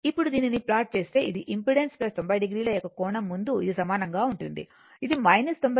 ఇప్పుడు దీనిని ప్లాట్ చేస్తే ఇది ఇంపెడెన్స్ 90 o యొక్క కోణం ముందు ఇది సమానంగా ఉంటుంది ఇది 90 o